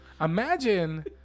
Imagine